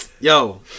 Yo